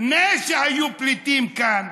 לפני שהיו פליטים כאן,